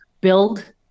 build